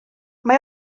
mae